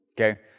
okay